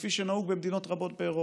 כפי שנהוג במדינות רבות באירופה.